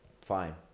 fine